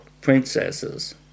princesses